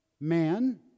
Man